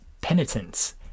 Penitence